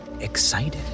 excited